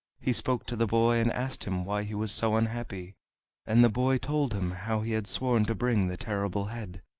he spoke to the boy, and asked him why he was so unhappy and the boy told him how he had sworn to bring the terrible head,